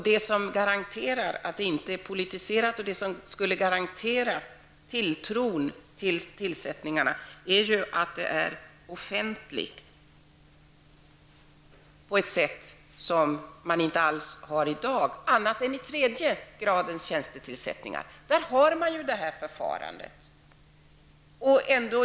Det som garanterar att det inte blir en politisering och att tilltron till tillsättningarna höjs är att de sker offentligt, vilket i dag inte sker annat än i tredje gradens tjänstetillsättningar. Där finns detta förfarande.